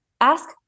ask